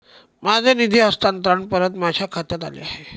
माझे निधी हस्तांतरण परत माझ्या खात्यात आले आहे